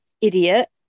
idiot